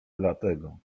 dlatego